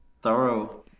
thorough